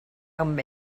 amb